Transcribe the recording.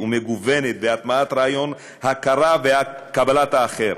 ומגוונת והטמעת רעיון הכרת וקבלת האחר.